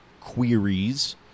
queries